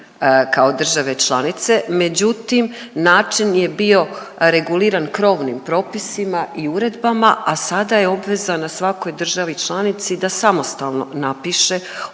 kao države članice, međutim način je bio reguliran krovnim propisima i uredbama, a sada je obveza na svakoj državi članici da samostalno napiše